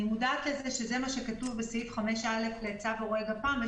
אני מודעת לזה שזה מה שכתוב בסעיף 5א לצו אירועי גפ"מ,